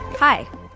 Hi